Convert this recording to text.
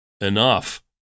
enough